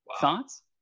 Thoughts